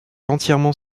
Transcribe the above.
entièrement